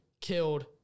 killed